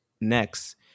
next